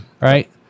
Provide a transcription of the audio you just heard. Right